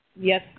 Yes